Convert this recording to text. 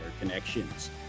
Connections